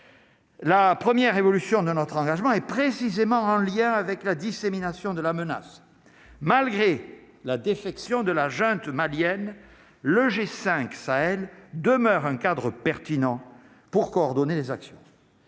La première révolution de notre engagement et précisément en lien avec la dissémination de la menace, malgré la défection de la junte malienne le G5 Sahel demeure un cadre pertinent pour coordonner les actions.